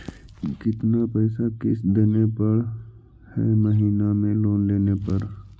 कितना पैसा किस्त देने पड़ है महीना में लोन लेने पर?